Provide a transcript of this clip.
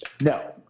No